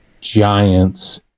Giants